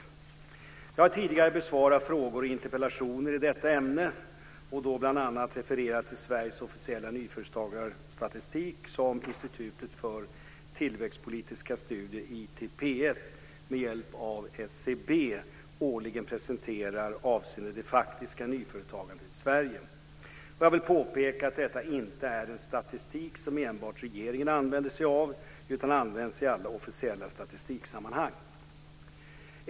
Jag har tidigare besvarat frågor och interpellationer i detta ämne och då bl.a. refererat till Sveriges officiella nyföretagarstatistik som Institutet för tillväxtpolitiska studier, ITPS, med hjälp av SCB årligen presenterar avseende det faktiska nyföretagandet i Sverige. Jag vill påpeka att detta inte är en statistik som enbart regeringen använder sig av utan används i alla officiella statistiksammanhang.